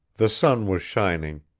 the sun was shining,